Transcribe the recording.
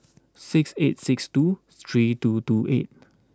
six eight six two three two two eight